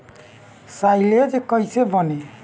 Silage कईसे बनी?